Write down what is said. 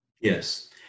Yes